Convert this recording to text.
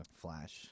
flash